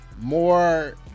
more